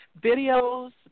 videos